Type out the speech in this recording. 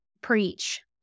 preach